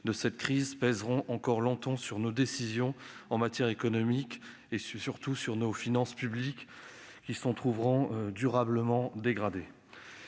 de cette crise pèseront encore longtemps sur nos décisions en matière économique et surtout sur nos finances publiques, qui s'en trouveront durablement dégradées.